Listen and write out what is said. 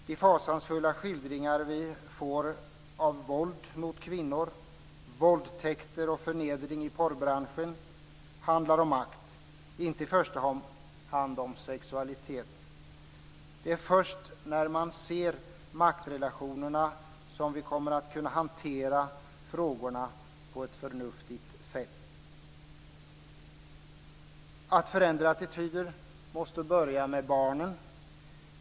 De fasansfulla skildringar som vi får av våld mot kvinnor, våldtäkter och förnedring i porrbranschen, handlar om makt, inte i första hand om sexualitet. Det är först när man ser maktrelationerna som vi kommer att kunna hantera frågorna på ett förnuftigt sätt. Att förändra attityder måste börja med barnen.